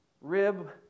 rib